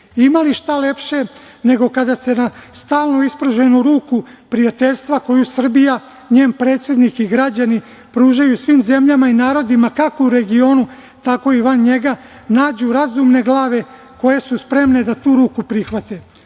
Ima li šta lepše nego kada se na stalno ispruženu ruku prijateljstva koju Srbija i njen predsednik i građani pružaju svim zemljama i narodima, kako u regionu, tako i van njega, nađu razumne glave koje su spremne da tu ruku prihvate. Upravo